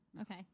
Okay